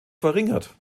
verringert